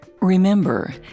Remember